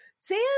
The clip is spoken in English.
Sam